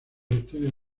estudios